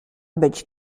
być